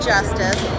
Justice